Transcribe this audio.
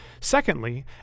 Secondly